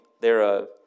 thereof